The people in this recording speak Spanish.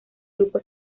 grupo